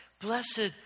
Blessed